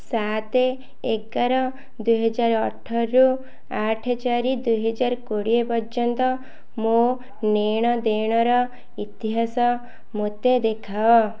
ସାତ ଏଗାର ଦୁଇହଜାର ଅଠରରୁ ଆଠ ଚାରି ଦୁଇ ହଜାର କୋଡ଼ିଏ ପର୍ଯ୍ୟନ୍ତ ମୋ ନେଣଦେଣର ଇତିହାସ ମୋତେ ଦେଖାଅ